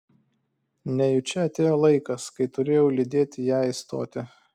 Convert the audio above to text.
nejučia atėjo laikas kai turėjau lydėt ją į stotį